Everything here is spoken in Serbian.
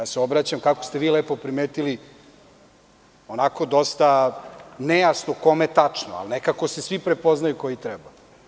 Ja se obraćam, kako ste vi to lepo primetili, dosta nejasno kome tačno, ali nekako se svi prepoznaju koji treba.